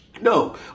No